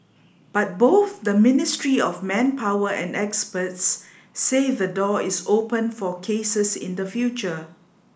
but both the Ministry of Manpower and experts say the door is open for cases in the future